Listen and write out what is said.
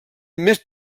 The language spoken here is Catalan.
més